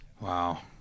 Wow